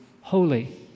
holy